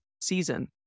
season